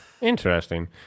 Interesting